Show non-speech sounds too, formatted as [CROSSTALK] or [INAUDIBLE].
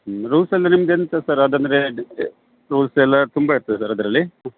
ಹ್ಞೂ ರೂಲ್ಸ್ ಅಂದರೆ ನಿಮ್ದು ಎಂಥ ಸರ್ ಅದು ಅಂದರೆ [UNINTELLIGIBLE] ರೂಲ್ಸ್ ಎಲ್ಲಾ ತುಂಬ ಇರ್ತದ ಸರ್ ಅದರಲ್ಲಿ